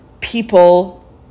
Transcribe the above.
people